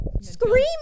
screaming